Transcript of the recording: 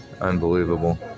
Unbelievable